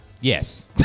Yes